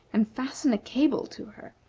and fasten a cable to her,